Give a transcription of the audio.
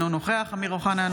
אינו נוכח אמיר אוחנה,